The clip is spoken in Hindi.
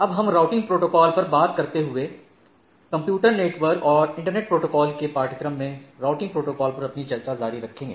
अब हम राउटिंग प्रोटोकॉल पर बात करते हुए कंप्यूटर नेटवर्क और इंटरनेट प्रोटोकॉल के पाठ्यक्रम में राउटिंग प्रोटोकॉल पर अपनी चर्चा जारी रखेंगे